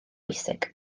bwysig